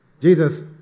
Jesus